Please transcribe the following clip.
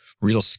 real